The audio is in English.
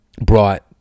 brought